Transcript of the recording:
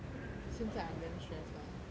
现在 I'm damn stressed lah so like